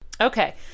Okay